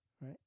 right